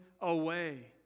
away